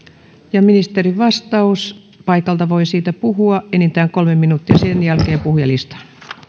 ja ministerin vastaus siitä paikalta voi puhua enintään kolme minuuttia sen jälkeen puhujalistaan